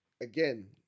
again